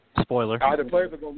Spoiler